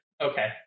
Okay